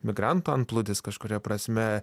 migrantų antplūdis kažkuria prasme